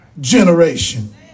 generation